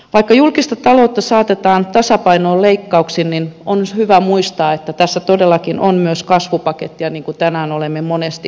vaikka julkista taloutta saatetaan tasapainoon leikkauksin on hyvä muistaa että tässä todellakin on myös kasvupakettia niin kuin tänään olemme monesti todenneet